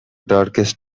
darkest